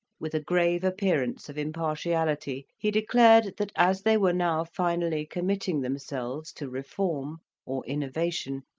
with a grave appearance of impartiality he declared that as they were now finally committing themselves to reform or innovation,